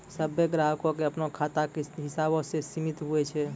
सभ्भे ग्राहको के अपनो खाता के हिसाबो से सीमित हुवै छै